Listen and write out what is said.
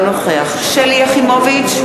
אינו נוכח שלי יחימוביץ,